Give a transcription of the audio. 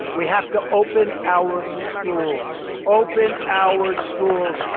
we have to open our schools. open our schools.